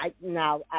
now